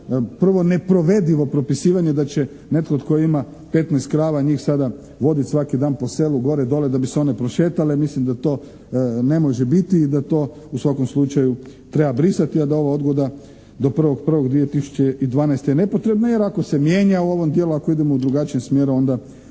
prvo neprovedivo propisivanje da će netko tko ima 15 krava, njih sada vodit svaki dan po selu gore-dolje da bi se one prošetale. Mislim da to ne može biti i da to u svakom slučaju treba brisati a da ova odgoda do 01.01.2012. je nepotrebna, jer ako se mijenja u ovom dijelu, ako idemo u drugačijem smjeru onda